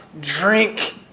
drink